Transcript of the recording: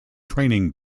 training